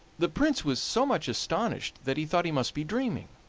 the prince was so much astonished that he thought he must be dreaming,